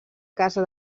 casa